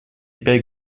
пять